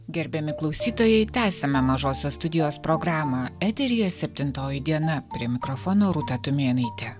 gerbiami klausytojai tęsiame mažosios studijos programą eteryje septintoji diena prie mikrofono rūta tumėnaitė